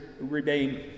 remain